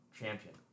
champion